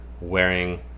wearing